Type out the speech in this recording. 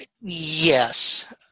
Yes